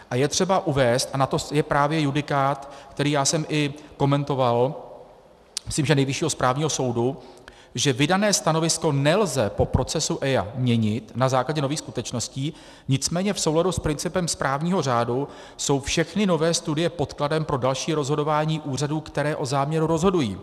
A je třeba uvést, a na to je právě judikát, který já jsem i komentoval, myslím, že Nejvyššího správního soudu, že vydané stanovisko nelze po procesu EIA měnit na základě nových skutečností, nicméně v souladu s principem správního řádu jsou všechny nové studie podkladem pro další rozhodování úřadů, které o záměru rozhodují.